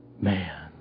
man